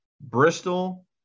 Bristol